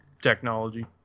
technology